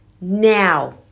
now